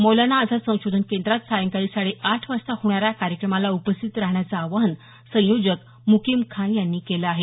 मौलाना आझाद संशोधन केंद्रात सायंकाळी साडे आठ वाजता होणाऱ्या कार्यक्रमाला उपस्थित राहण्याचं आवाहन संयोजक म्कीम खान यांनी केलं आहे